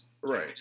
right